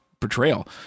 portrayal